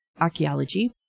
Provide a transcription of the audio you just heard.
Archaeology